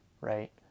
right